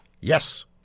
yes